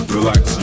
Relax